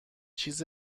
چیز